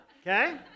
okay